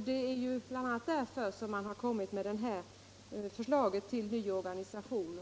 Det är ju bl.a. för att komma förbi det som man har lagt fram förslaget till omorganisation.